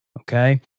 Okay